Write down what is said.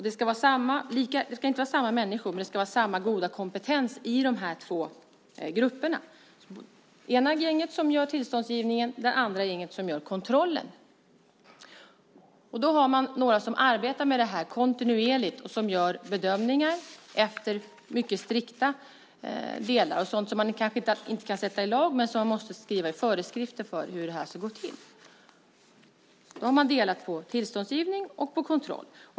Det ska inte vara samma människor, men det ska vara samma goda kompetens i de båda grupperna. Ena gänget ger tillstånden, andra gänget gör kontrollen. Då har man några som arbetar med detta kontinuerligt och som gör mycket strikta bedömningar efter sådant som man kanske inte kan sätta i lag men som man måste skriva föreskrifter för hur det ska gå till. Då har man delat på tillståndsgivning och kontroll.